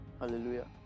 Hallelujah